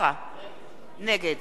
נגד מירי רגב,